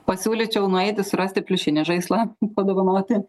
pasiūlyčiau nueiti surasti pliušinį žaislą padovanoti